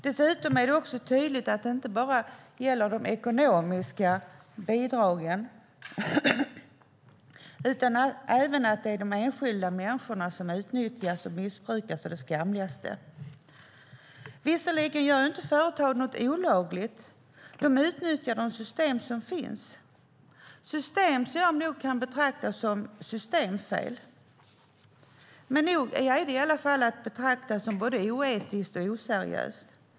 Dessutom är det också tydligt att det inte bara gäller de ekonomiska bidragen, utan de enskilda människorna utnyttjas och missbrukas också å det skamligaste. Visserligen gör inte företag något olagligt. De utnyttjar de system som finns. Detta kan nog betraktas som systemfel, och det är i alla att betrakta som både oetiskt och oseriöst.